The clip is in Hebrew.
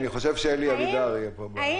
אני חושב שאלי אבידר יהיה פה.